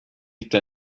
hitta